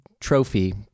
trophy